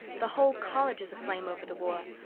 the whole college is aflame over the war.